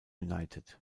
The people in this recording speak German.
united